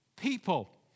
people